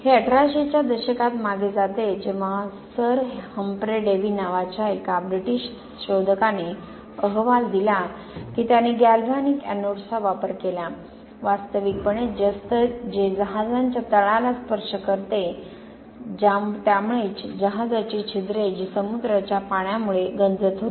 हे 1800 च्या दशकात मागे जाते जेव्हा सर हम्फ्रे डेव्ही नावाच्या एका ब्रिटीश शोधकाने अहवाल दिला की त्याने गॅल्व्हॅनिक एनोड्सचा वापर केला वास्तविकपणे जस्त जे जहाजांच्या तळाला स्पर्श करते त्यामुळे जहाजाची छिद्रे जी समुद्राच्या पाण्यात गंजत होती